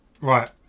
right